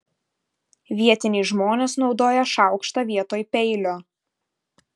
vietiniai žmonės naudoja šaukštą vietoj peilio